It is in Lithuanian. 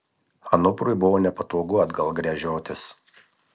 anuprui buvo nepatogu atgal gręžiotis